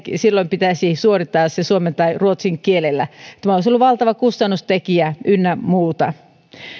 silloin pitäisi suorittaa se suomen tai ruotsin kielellä tämä olisi ollut valtava kustannustekijä ynnä muuta